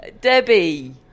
Debbie